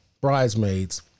Bridesmaids